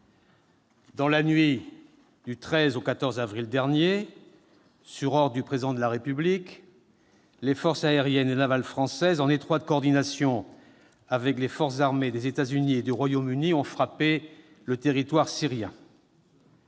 Dans la nuit du 13 au 14 avril derniers, sur ordre du Président de la République, les forces aériennes et navales françaises, en étroite coordination avec les forces armées des États-Unis et du Royaume-Uni, ont frappé le territoire syrien.